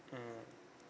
mmhmm